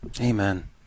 Amen